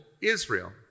Israel